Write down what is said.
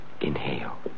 Inhale